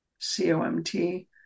COMT